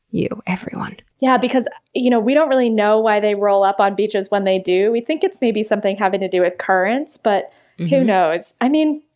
you. everyone. yeah because you know we don't really know why they roll up on beaches when they do. we think it's maybe something having to do with currents, but who knows? i mean,